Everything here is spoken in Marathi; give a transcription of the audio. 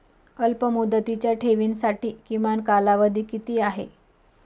अल्पमुदतीच्या ठेवींसाठी किमान कालावधी किती आहे?